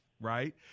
right